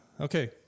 Okay